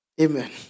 Amen